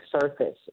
surface